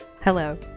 Hello